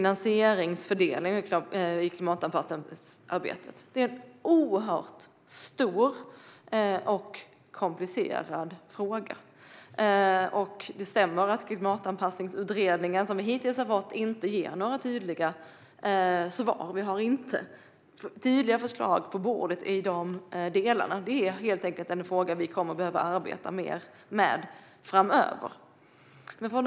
Finansieringsfördelning i klimatanpassningsarbetet är en oerhört stor och komplicerad fråga. Det stämmer att Klimatanpassningsutredningen inte har gett några tydliga svar på det hittills. Vi har inte fått tydliga förslag på bordet i de delarna. Det är helt enkelt en fråga som vi kommer att behöva arbeta mer med framöver.